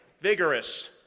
vigorous